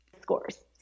scores